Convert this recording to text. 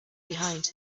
behind